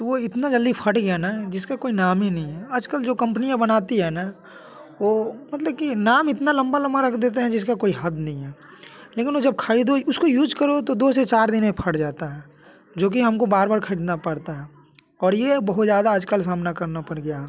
तो वो इतना जल्दी फट गया न जिसका कोई नाम ही नहीं है आजकल जो कम्पनियाँ बनाती है न वो मतलब की नाम इतना लंबा लंबा रख देते हैं जिसका कोई हद नहीं है लेकिन वो जब खरीदो उसको यूज करो तो दो से चार दिन में फट जाता है जो कि हमको बार बार खरीदना पड़ता है और ये बहुत ज़्यादा आजकल सामना करना पड़ गया है